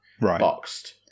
boxed